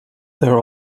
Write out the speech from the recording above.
there